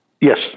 Yes